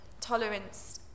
tolerance